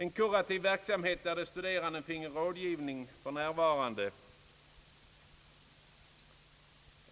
En kurativ verksamhet med den rådgivning, som de studerande för närvarande